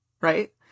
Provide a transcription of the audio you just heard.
Right